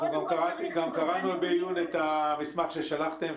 גם קראנו בעיון את המסמך ששלחתם,